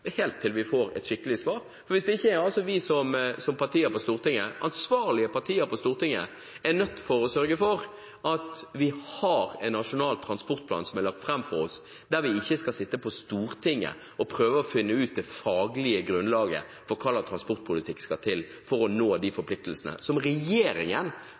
helt til vi får et skikkelig svar. Hvis ikke er det vi, som ansvarlige partier på Stortinget, som blir nødt til å sørge for at vi har en nasjonal transportplan som er lagt fram for oss, og der vi ikke skal sitte på Stortinget og prøve å finne ut det faglige grunnlaget for hva slags transportpolitikk som skal til for å nå de forpliktelsene som regjeringen